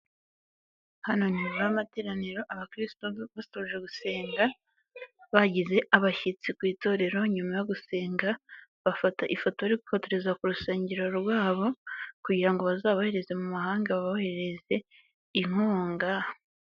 Hano ni nyuma y'amateraniro abakiristo basoje gusenga bagize abashyitsi ku itorero nyuma yo gusenga bafata ifoto bari koreza ku rusengero rwabo kugira ngo bazabohereze mu mahanga boboherereze inkunga.